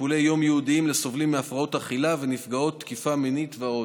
טיפולי יום ייעודיים לסובלים מהפרעות אכילה ונפגעות תקיפה מינית ועוד,